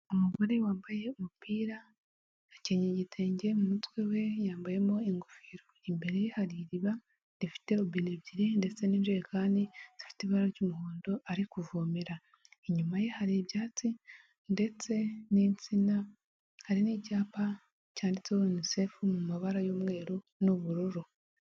Umugore wambaye umupira, akenyeye igitenge, mu mutwe we yambayemo ingofero, imbere hari iriba rifite robine ebyiri ndetse n'ijerekani zifite ibara ry'umuhondo ari kuvomera, inyuma ye hari ibyatsi ndetse n'insina, hari n'icyapa cyanditseho yunisefu mu mabara y'umweru n'ubururu.